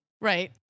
Right